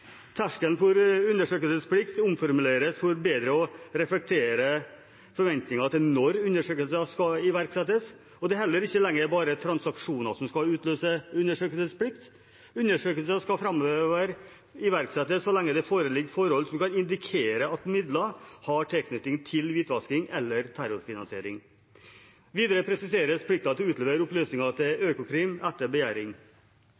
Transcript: Terskelen for undersøkelsesplikt omformuleres for bedre å reflektere forventningen til når undersøkelser skal iverksettes, og det er heller ikke lenger bare transaksjoner som skal utløse undersøkelsesplikt. Undersøkelser skal framover iverksettes så lenge det foreligger forhold som kan indikere at midler har tilknytning til hvitvasking eller terrorfinansiering. Videre presiseres plikten til å utlevere opplysninger til